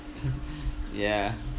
ya